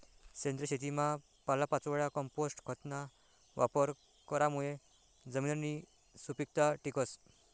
सेंद्रिय शेतीमा पालापाचोया, कंपोस्ट खतना वापर करामुये जमिननी सुपीकता टिकस